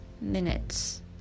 minutes